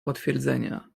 potwierdzenia